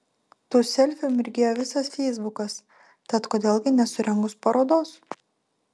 tų selfių mirgėjo visas feisbukas tad kodėl gi nesurengus parodos